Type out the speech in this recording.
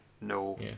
no